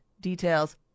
details